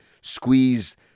squeeze